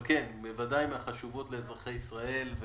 כן, בוודאי מהחשובות למדינת ישראל.